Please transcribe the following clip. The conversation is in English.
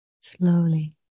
slowly